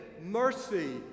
mercy